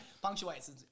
punctuation